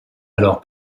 alors